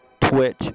Twitch